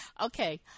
Okay